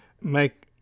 make